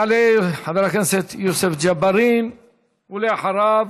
יעלה חבר הכנסת יוסף ג'בארין ואחריו,